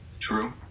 True